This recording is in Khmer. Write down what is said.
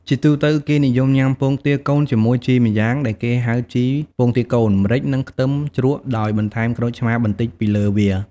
ជាទូទៅគេនិយមញុាំពងទាកូន ជាមួយជីម្យ៉ាងដែលគេហៅថាជីពងទាកូន ម្រេច និងខ្ទឹមជ្រក់ដោយបន្ថែមក្រូចឆ្មាបន្តិចពីលើវា។